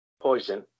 Poison